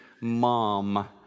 mom